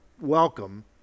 welcome